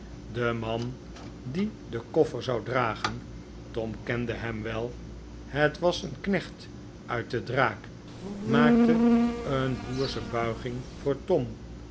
de man die den koffer zou dragen tom kende hem wel het was een knecht uit de draak maakte een boersche bulging voor tom